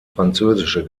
französische